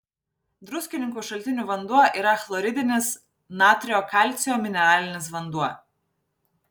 druskininkų šaltinių vanduo yra chloridinis natrio kalcio mineralinis vanduo